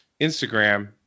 Instagram